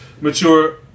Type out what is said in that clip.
mature